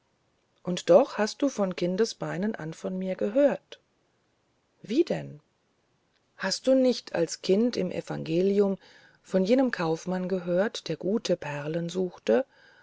und doch hast du von kindesbeinen an von mir gehört wie denn hast du nicht schon als kind im evangelium von jenem kaufmann gehört der gute perlen suchte